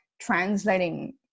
translating